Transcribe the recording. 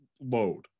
load